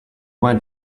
went